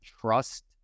trust